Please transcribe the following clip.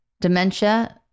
dementia